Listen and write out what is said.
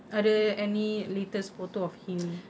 ada any latest photo of him